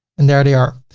and there they are.